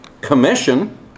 commission